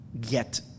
get